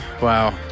wow